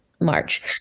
March